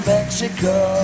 Mexico